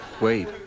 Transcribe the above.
wait